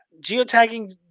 geotagging